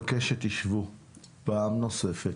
שתשבו פעם נוספת,